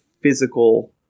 physical